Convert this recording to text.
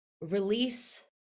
release